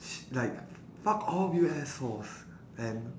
sh~ like fuck all of you assholes and